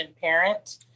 parent